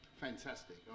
fantastic